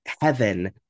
heaven